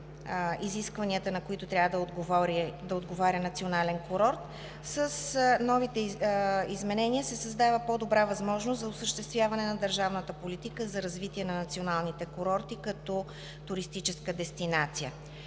изискванията, на които трябва да отговаря национален курорт, с новите изменения се създава по-добра възможност за осъществяване на държавната политика за развитие на националните курорти като туристическа дестинация.